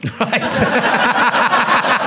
Right